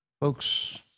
Folks